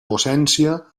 docència